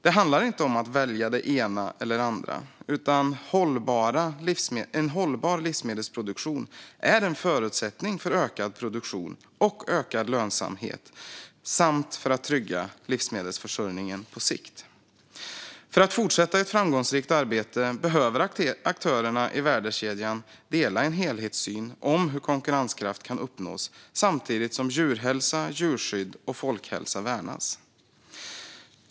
Det handlar inte om att välja det ena eller det andra, utan en hållbar livsmedelsproduktion är en förutsättning för ökad produktion och ökad lönsamhet samt för att trygga livsmedelsförsörjningen på sikt. För att fortsätta ett framgångsrikt arbete behöver aktörerna i värdekedjan dela en helhetssyn om hur konkurrenskraft kan uppnås samtidigt som djurhälsa, djurskydd och folkhälsa värnas.